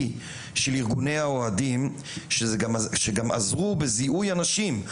של ארגוני האוהדים שגם עזרו בזיהוי אנשים.